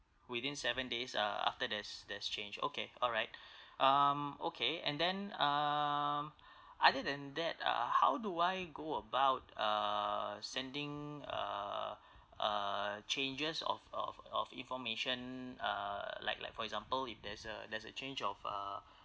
within seven days uh after there's there's change okay alright um okay and then um other than that uh how do I go about uh sending uh uh changes of of of information uh like like for example if there's a there's a change of uh